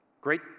great